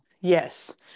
yes